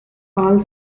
all